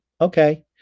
Okay